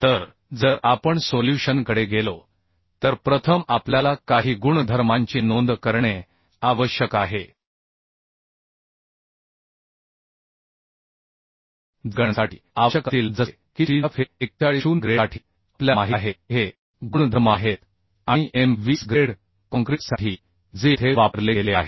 तर जर आपण सोल्युशनकडेगेलो तर प्रथम आपल्याला काही गुणधर्मांची नोंद करणे आवश्यक आहे जे गणनेसाठी आवश्यक असतील जसे की स्टीलच्या Fe 41 0ग्रेडसाठी आपल्याला माहित आहे की हे गुणधर्म आहेत आणि M 20 ग्रेड कॉंक्रिटसाठी जे येथे वापरले गेले आहे